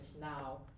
now